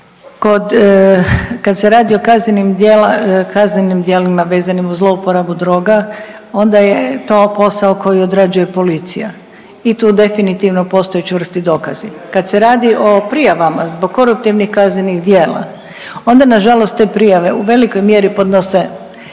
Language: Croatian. kad se radi o kaznenim djelima vezanim uz zlouporabu droga onda je to posao koji odrađuje policija i tu definitivno postoje čvrsti dokazi. Kad se radi o prijavama zbog koruptivnih kaznenih djela onda nažalost te prijave u velikoj mjeri podnose